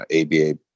ABA